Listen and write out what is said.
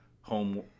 home